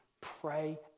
pray